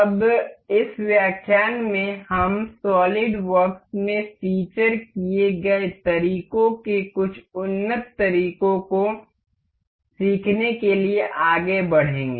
अब इस व्याख्यान में हम सॉलिडवॉर्क्स में फ़ीचर किए गए तरीकों के कुछ उन्नत तरीकों को सीखने के लिए आगे बढ़ेंगे